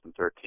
2013